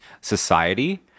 society